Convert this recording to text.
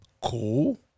Cool